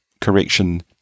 correction